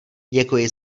děkuji